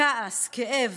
כעס, כאב,